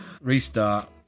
Restart